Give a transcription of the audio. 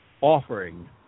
offering